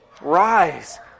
Rise